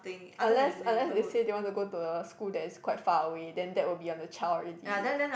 unless unless they say they want to go to a school that is quite far away then that will be on the child already